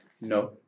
No